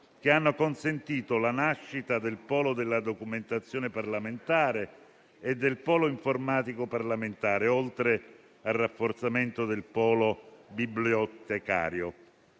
che hanno consentito la nascita del polo della documentazione parlamentare e del polo informatico parlamentare, oltre al rafforzamento del polo bibliotecario.